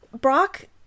Brock